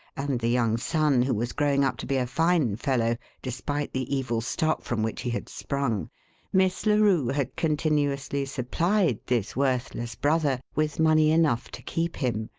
and the young son who was growing up to be a fine fellow despite the evil stock from which he had sprung miss larue had continuously supplied this worthless brother with money enough to keep him,